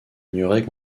ignoraient